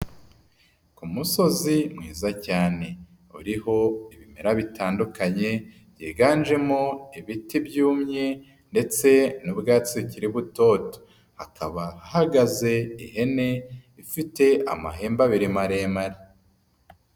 Ku musozi mwiza cyane . Uriho ibimera bitandukanye, yiganjemo ibiti byumye ndetse n'ubwatsi bukiri butoto. Hakaba ahagaze ihene ifite amahembe abiri maremare.